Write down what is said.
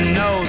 no